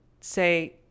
say